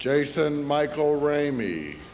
jason michael ray me